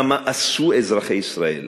שבה מאסו אזרחי ישראל,